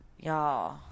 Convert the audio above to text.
Y'all